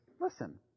Listen